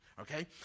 okay